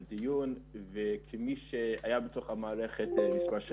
שכולנו פה בדיון הזה יודעים כמה היא חשובה,